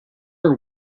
are